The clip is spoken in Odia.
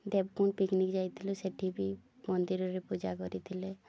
ଦେବକୁଣ୍ଡ ପିକନିକ୍ ଯାଇଥିଲୁ ସେଠି ବି ମନ୍ଦିରରେ ପୂଜା କରିଥିଲେ